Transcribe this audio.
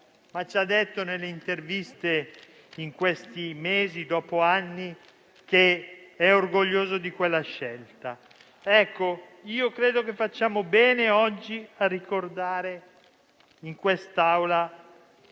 ma ci ha detto - nelle interviste in questi mesi, dopo anni - che è orgoglioso di quella scelta. Io credo che oggi facciamo bene a ricordare in quest'Aula